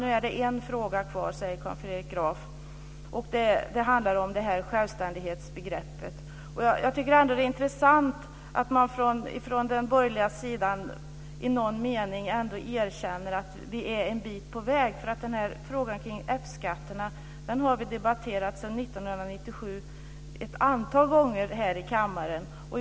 Nu är det en fråga kvar, säger Carl Fredrik Graf, och den handlar om självständighetsbegreppet. Jag tycker att det är intressant att man på den borgerliga sidan ändå i någon mening erkänner att vi är en bit på väg. Vi har debatterat frågan om F-skatterna ett antal gånger här i kammaren sedan 1997.